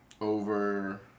over